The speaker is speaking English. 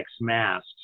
mask